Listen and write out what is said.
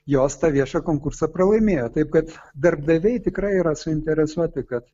jos tą viešą konkursą pralaimėjo taip kad darbdaviai tikrai yra suinteresuoti kad